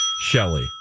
Shelley